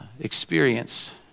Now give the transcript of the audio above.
experience